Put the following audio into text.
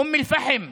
אום אל-פחם,